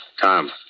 Tom